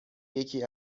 یکی